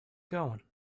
going